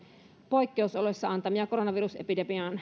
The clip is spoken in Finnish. poikkeusoloissa antamia koronavirusepidemian